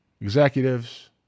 executives